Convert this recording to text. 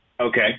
Okay